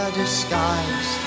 disguise